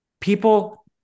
People